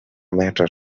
matter